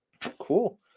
Cool